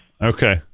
Okay